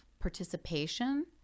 participation